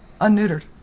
unneutered